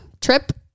trip